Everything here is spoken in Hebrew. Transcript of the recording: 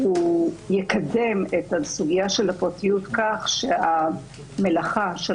יקדם את הסוגיה של הפרטיות כך שהמלאכה של